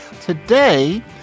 today